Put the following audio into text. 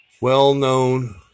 well-known